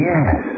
Yes